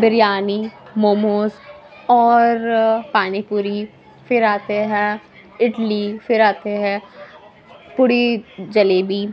بریانی موموز اور پانی پوری پھر آتے ہیں اڈلی پھر آتے ہیں پوڑی جلیبی